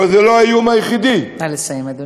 אבל זה לא האיום היחידי, נא לסיים, אדוני.